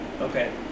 Okay